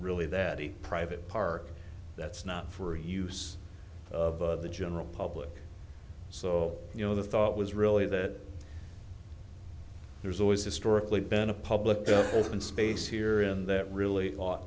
really that private park that's not for use of the general public so you know the thought was really that there's always historically been a public that has been space here and that really ought